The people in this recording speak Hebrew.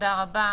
תודה רבה.